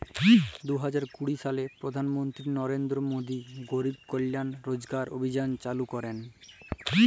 দু হাজার কুড়ি সালে পরধাল মলত্রি লরেলদ্র মোদি গরিব কল্যাল রজগার অভিযাল চালু ক্যরেল